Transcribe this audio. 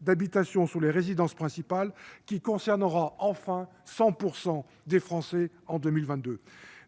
d'habitation sur les résidences principales, qui concernera enfin 100 % des Français en 2022.